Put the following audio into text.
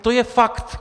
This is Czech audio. To je fakt!